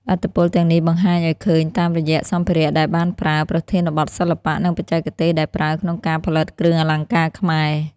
ឥទ្ធិពលទាំងនេះបង្ហាញឱ្យឃើញតាមរយៈសម្ភារៈដែលបានប្រើ ប្រធានបទសិល្បៈ និងបច្ចេកទេសដែលប្រើក្នុងការផលិតគ្រឿងអលង្ការខ្មែរ។